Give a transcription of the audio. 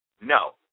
No